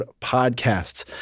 podcasts